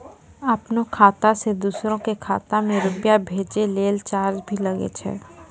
आपनों खाता सें दोसरो के खाता मे रुपैया भेजै लेल चार्ज भी लागै छै?